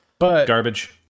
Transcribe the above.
Garbage